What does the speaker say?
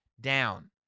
down